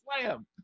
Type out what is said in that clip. slam